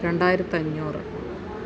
രണ്ടായിരത്തഞ്ഞൂറ്